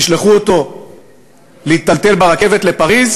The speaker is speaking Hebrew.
תשלחו אותו להיטלטל ברכבת לפריז?